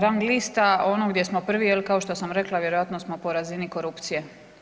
Rang lista ono gdje smo prvi, je li, kao što sam rekla, vjerojatno smo po razini korupcije.